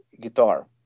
guitar